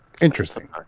Interesting